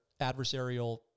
adversarial